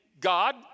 God